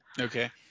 Okay